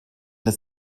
das